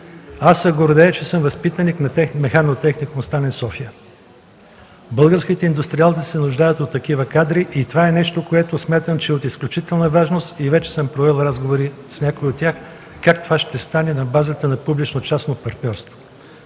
Аз се гордея, че съм възпитаник на Механотехникум „Сталин” – София. Българските индустриалци се нуждаят от такива кадри. Това е нещо, което смятам, че е от изключителна важност и вече съм провел разговори с някои от тях как това ще стане на базата на публично-частно партньорство.